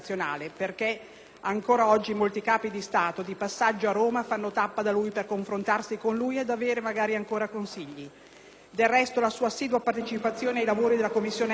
ancora oggi molti Capi di Stato di passaggio a Roma fanno tappa da lui per confrontarsi con lui ed avere magari ancora consigli. Del resto, la sua assidua partecipazione ai lavori della Commissione esteri del Senato